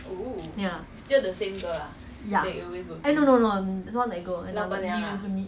ya ya eh no no not that girl